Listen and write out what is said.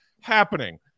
happening